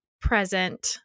present